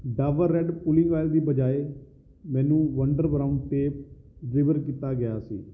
Dabur red pulling oil ਦੀ ਬਜਾਏ ਮੈਨੂੰ ਵੰਡਰ ਬਰਾਊਨ ਟੇਪ ਡਿਲੀਵਰ ਕੀਤਾ ਗਿਆ ਸੀ